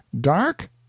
dark